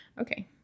okay